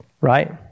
Right